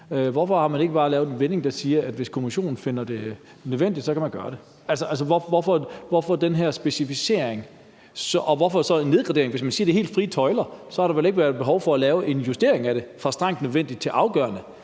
Hvorfor har man ikke bare lavet en vending, der siger, at hvis kommissionen finder det nødvendigt, kan man gøre det? Hvorfor den her specificering, og hvorfor en nedgradering? Hvis man siger, at der er helt frie tøjler, så havde der vel ikke været behov for at lave en justering af det fra »strengt nødvendigt« til »af afgørende